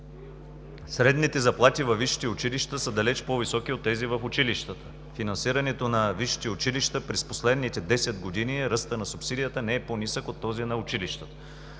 средните заплати във висшите училища са далеч по високи от тези в училищата. При финансирането на висшите училища през последните 10 години ръстът на субсидията не е по-нисък от този на училищата.